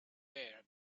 pair